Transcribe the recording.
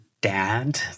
dad